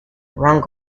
wrong